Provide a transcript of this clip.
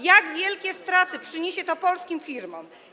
Jak wielkie straty przyniesie to polskim firmom?